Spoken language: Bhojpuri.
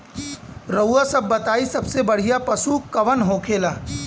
रउआ सभ बताई सबसे बढ़ियां पशु कवन होखेला?